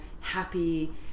happy